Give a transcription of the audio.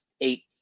eight